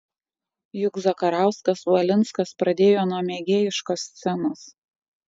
juk zakarauskas valinskas pradėjo nuo mėgėjiškos scenos